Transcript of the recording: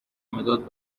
مداد